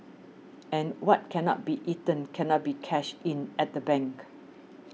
and what cannot be eaten cannot be cashed in at the bank